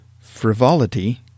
frivolity